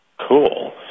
Cool